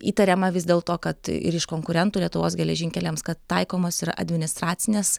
įtariama vis dėl to kad ir iš konkurentų lietuvos geležinkeliams kad taikomos ir administracinės